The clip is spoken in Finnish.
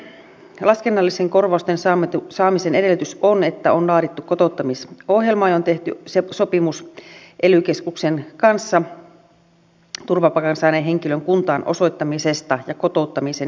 kunnille laskennallisten korvausten saamisen edellytys on että on laadittu kotouttamisohjelma ja on tehty sopimus ely keskuksen kanssa turvapaikan saaneen henkilön kuntaan osoittamisesta ja kotouttamisen edistämisestä